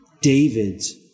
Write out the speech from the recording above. David's